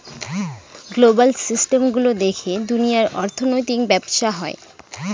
global system গুলো দেখে দুনিয়ার অর্থনৈতিক ব্যবসা হয়